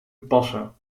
passen